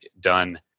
done